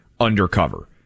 undercover